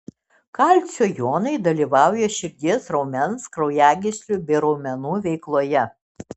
kalcio jonai dalyvauja širdies raumens kraujagyslių bei raumenų veikloje